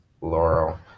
Laurel